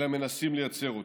אלא מנסים לייצר אותם.